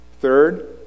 Third